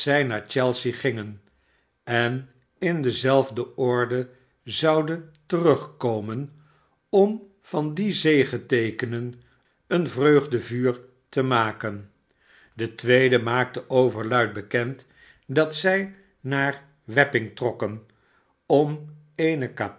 naar chelsea gingen en in dezelfde orde zoudenjwag komen om van die zegeteekenen een vreugdevuur te maken de tweede maakte overluid bekend dat zij naar wapping trokken om eene